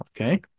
okay